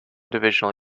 divisional